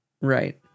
Right